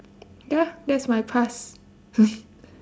ya that's my past